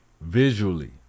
Visually